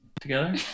together